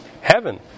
heaven